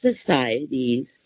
societies